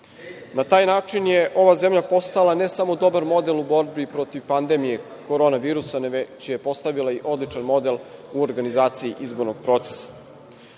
Na taj način je ova zemlja postala ne samo dobar model u borbi protiv pandemije Koronavirusa, već je postavila i odličan model u organizaciji izbornog procesa. Nadam